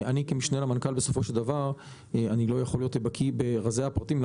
אני כמשנה למנכ"ל לא יכול להיות בקיא ברזי הפרטים,